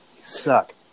Suck